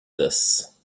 this